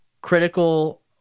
critical